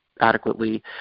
adequately